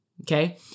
Okay